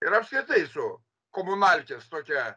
ir apskritai su komunalkės tokia